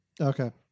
Okay